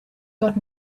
got